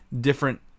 different